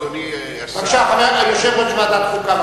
אדוני השר יושב-ראש ועדת חוקה,